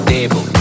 Table